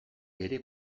ere